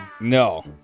No